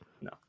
no